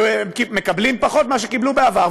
הם מקבלים פחות ממה שקיבלו בעבר,